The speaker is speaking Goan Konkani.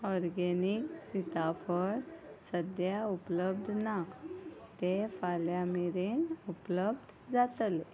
ऑरगॅनिक सिताफळ सद्या उपलब्ध ना ते फाल्यां मेरेन उपलब्ध जातले